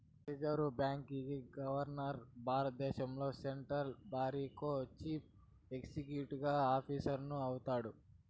reserve బాంకీ governor భారద్దేశం central బారికో చీఫ్ ఎక్సిక్యూటివ్ ఆఫీసరు అయితాడు